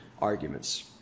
arguments